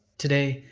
today,